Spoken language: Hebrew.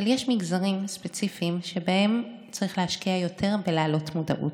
אבל יש מגזרים ספציפיים שבהם צריך להשקיע יותר בלהעלות מודעות,